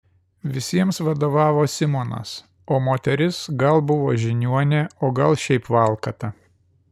visiems vadovavo simonas o moteris gal buvo žiniuonė o gal šiaip valkata